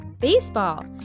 baseball